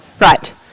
Right